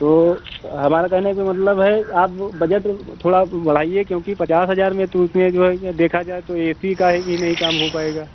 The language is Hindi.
तो हमारा कहने के मतलब है आप बजट थोड़ा बढ़ाइए क्योंकि पचास हज़ार में तो उसमें जो है या देखा जाए तो ए सी का ही भी नहीं काम हो पाएगा